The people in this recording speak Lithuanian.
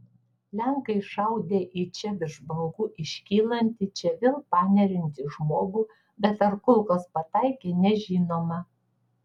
lenkai šaudę į čia virš bangų iškylantį čia vėl paneriantį žmogų bet ar kulkos pataikė nežinoma